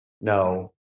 no